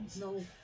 No